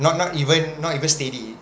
not not even not even steady